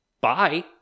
bye